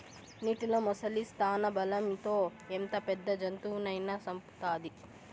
నీటిలో ముసలి స్థానబలం తో ఎంత పెద్ద జంతువునైనా సంపుతాది